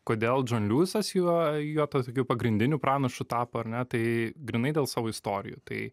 kodėl džon liuisas juo juo tuo tokiu pagrindiniu pranašu tapo ar ne tai grynai dėl savo istorijų tai